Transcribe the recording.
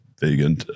vegan